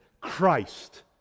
Christ